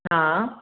हा